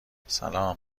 سلام